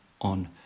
on